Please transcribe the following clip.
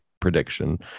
prediction